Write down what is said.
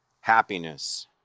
happiness